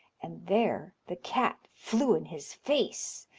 and there the cat flew in his face,